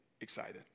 excited